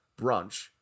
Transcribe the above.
brunch